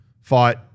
fought